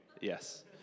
yes